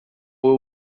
will